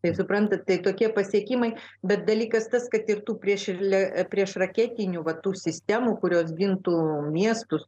tai suprantat tokie pasiekimai bet dalykas tas kad ir tų priešraketinių va tų sistemų kurios gintų miestus